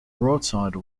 broadside